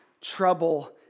trouble